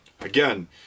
again